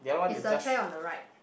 is the chair on the right